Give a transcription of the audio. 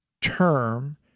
term